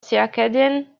circadian